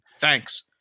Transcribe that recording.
Thanks